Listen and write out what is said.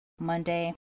Monday